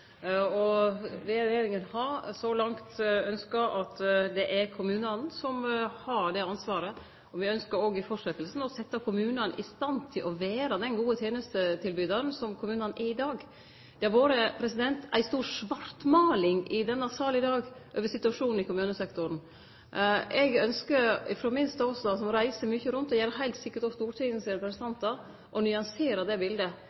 Regjeringa har så langt ynskt at det er kommunane som har det ansvaret. Me ynskjer òg i framtida å setje kommunen i stand til å vere den gode tenestetilbydaren som kommunen er i dag. Det har vore ei stor svartmåling i denne salen i dag av situasjonen i kommunesektoren. Eg ynskjer, frå min ståstad – eg reiser mykje rundt, det gjer heilt sikkert òg Stortingets representantar – å nyansere det